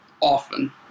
often